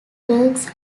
burghs